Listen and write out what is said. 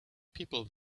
people